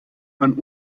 man